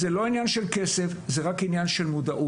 זה לא עניין כסף, זה רק עניין של מודעות.